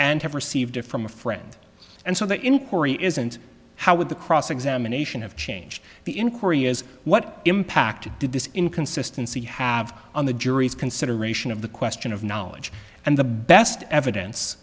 and have received it from a friend and so the inquiry isn't how would the cross examination have changed the inquiry is what impact did this inconsistency have on the jury's consideration of the question of knowledge and the best evidence